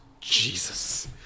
Jesus